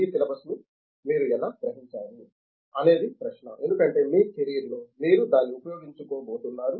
ఈ సిలబస్ను మీరు ఎలా గ్రహించారు అనేది ప్రశ్న ఎందుకంటే మీ కెరీర్లో మీరు దాన్ని ఉపయోగించుకోబోతున్నారు